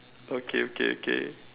okay okay okay